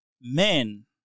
Men